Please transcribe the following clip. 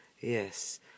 yes